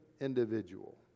individual